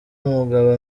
umugabo